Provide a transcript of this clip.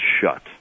shut